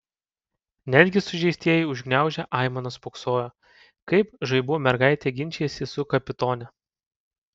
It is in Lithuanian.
netgi sužeistieji užgniaužę aimanas spoksojo kaip žaibų mergaitė ginčijasi su kapitone